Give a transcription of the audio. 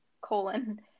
colon